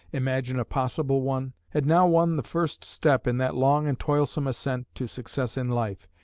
imagine a possible one, had now won the first step in that long and toilsome ascent to success in life,